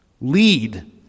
lead